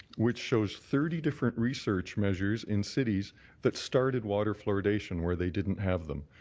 which shows thirty different research methods in cities that started water fluoridation where they didn't have them.